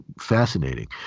fascinating